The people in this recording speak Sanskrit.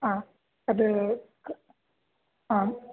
हा तत् हा